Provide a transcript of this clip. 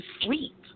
sleep